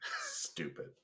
Stupid